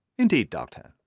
indeed, doctor,